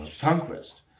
conquest